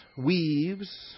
weaves